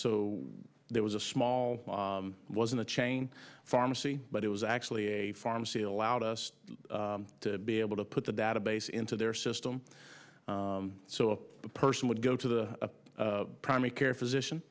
so there was a small was in the chain pharmacy but it was actually a pharmacy allowed us to be able to put the database into their system so the person would go to the primary care physician